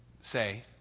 say